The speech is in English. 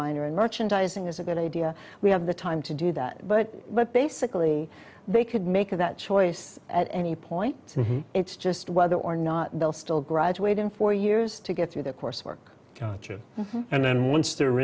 minor and merchandising is a good idea we have the time to do that but but basically they could make that choice at any point it's just whether or not they'll still graduate in four years to get through the course work culture and then once they're